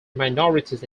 minorities